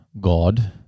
God